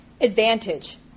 advantage